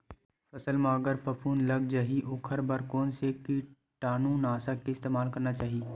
फसल म अगर फफूंद लग जा ही ओखर बर कोन से कीटानु नाशक के इस्तेमाल करना चाहि?